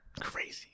Crazy